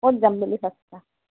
ক'ত যাম বুলি ভাবিছা